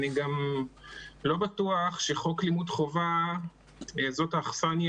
אני גם לא בטוח שחוק לימוד חובה זאת האכסניה